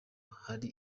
hari